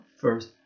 first